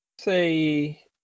Say